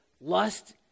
Lust